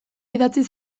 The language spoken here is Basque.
idatzi